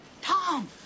Tom